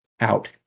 out